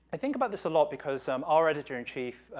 i think about this a lot, because, um, our editor in chief,